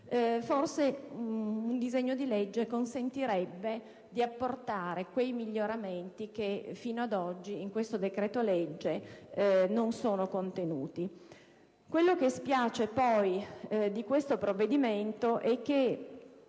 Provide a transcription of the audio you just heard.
forse un disegno di legge consentirebbe di apportare quei miglioramenti che fino ad oggi in questo decreto-legge non sono contenuti. Quello che spiace poi di questo provvedimento è che